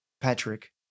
Patrick